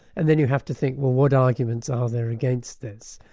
and then you have to think, well what arguments are there against this.